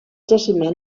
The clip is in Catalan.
jaciment